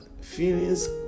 feelings